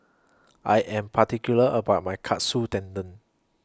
I Am particular about My Katsu Tendon